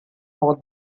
for